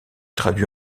traduit